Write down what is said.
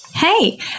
Hey